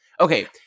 Okay